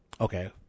Okay